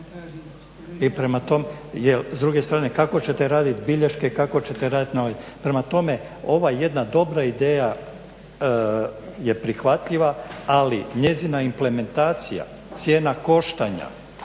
izlist. Jel s druge strane kako ćete raditi bilješke? Prema tome, ovo jedna dobra ideja je prihvatljiva, ali njezina implementacija, cijena koštanja,